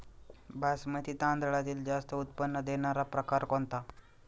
बासमती तांदळातील जास्त उत्पन्न देणारा प्रकार कोणता?